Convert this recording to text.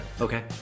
Okay